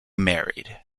married